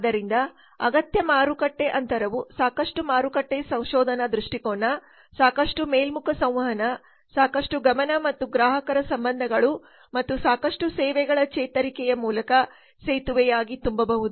ಆದ್ದರಿಂದ ಅಗತ್ಯ ಮಾರುಕಟ್ಟೆ ಅಂತರವು ಸಾಕಷ್ಟು ಮಾರುಕಟ್ಟೆ ಸಂಶೋಧನಾ ದೃಷ್ಟಿಕೋನ ಸಾಕಷ್ಟು ಮೇಲ್ಮುಖ ಸಂವಹನ ಸಾಕಷ್ಟು ಗಮನ ಮತ್ತು ಗ್ರಾಹಕರ ಸಂಬಂಧಗಳು ಮತ್ತು ಸಾಕಷ್ಟು ಸೇವೆಗಳ ಚೇತರಿಕೆಯ ಮೂಲಕ ಸೇತುವೆಯಾಗಿ ತುಂಬಬಹುದು